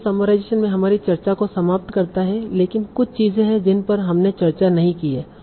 तों यह समराइजेशन में हमारी चर्चा को समाप्त करता है लेकिन कुछ चीजें हैं जिन पर हमने चर्चा नहीं की है